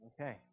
Okay